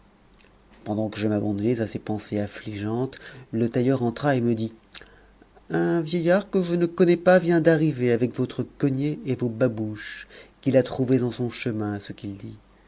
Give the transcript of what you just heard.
pendant que je m'abandonnais à ces pensées affligeantes le tailleur entra et me dit un vieillard que je ne connais pas vient d'arriver avec votre cognée et vos babouches qu'il a trouvées en son chemin à ce qu'il dit